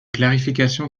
clarification